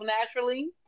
Naturally